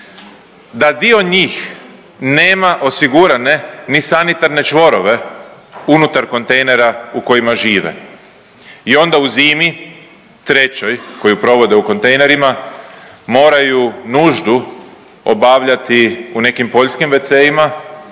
da dio njih nema osigurane ni sanitarne čvorove unutar kontejnera u kojima žive i onda u zimi, trećoj koju provode u kontejnerima, moraju nuždu obavljati u nekim poljskim wc-ima